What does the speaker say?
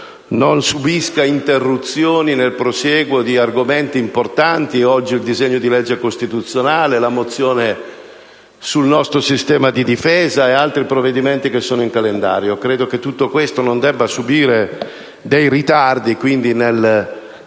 non subisca interruzioni nel prosieguo di argomenti importanti: oggi il disegno di legge costituzionale, la mozione sul nostro sistema di difesa e altri provvedimenti che sono in calendario. Credo che tutto ciò non debba subire dei ritardi. Quindi,